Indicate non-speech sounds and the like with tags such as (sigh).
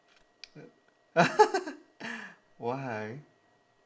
(laughs) why